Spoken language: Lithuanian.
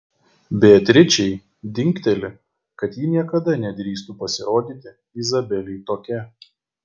beatričei dingteli kad ji niekada nedrįstų pasirodyti izabelei tokia